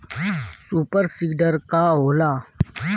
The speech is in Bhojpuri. सुपर सीडर का होला?